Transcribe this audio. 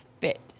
fit